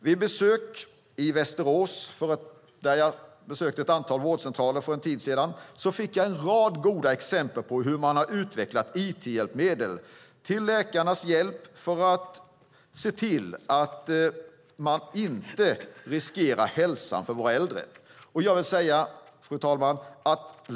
Vid besök i Västerås på ett antal vårdcentraler för en tid sedan fick jag en rad goda exempel på hur man har utvecklat it-hjälpmedel till läkarnas hjälp för att se till att inte riskera hälsan för våra äldre. Fru talman!